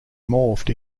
morphed